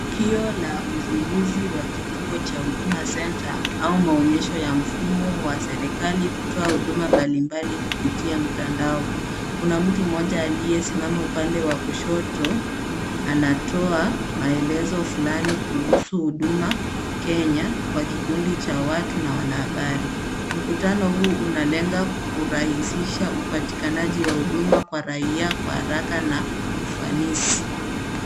Kioo la uzinduzi wa kituo cha Huduma Centre au maonyesho ya mfumo wa serikali kutoa huduma mbalimbali kupitia mtandao. Kuna mtu mmoja aliyesimama upande wa kushoto anatoa maelezo fulani kuhusu huduma Kenya kwa kikundi cha watu na wanahabari. Mkutano huu unalenga kurahisisha upatikanaji wa huduma kwa raia kwa haraka na ufanisi.